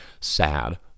sad